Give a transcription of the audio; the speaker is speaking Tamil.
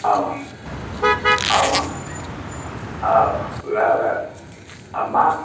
ஆமாம் ஆமாம் ஆ வேறு வேறு ஆமாம்